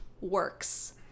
works